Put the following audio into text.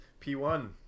P1